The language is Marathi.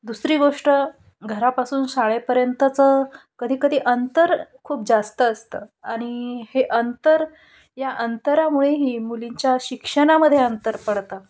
दुसरी गोष्ट घरापासून शाळेपर्यंतचं कधीकधी अंतर खूप जास्त असतं आणि हे अंतर या अंतरामुळेही मुलींच्या शिक्षणामध्ये अंतर पडतं